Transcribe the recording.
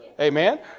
Amen